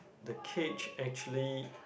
the cage actually